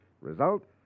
Result